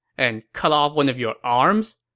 and cut off one of your arms.